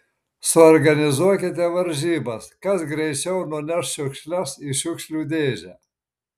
suorganizuokite varžybas kas greičiau nuneš šiukšles į šiukšlių dėžę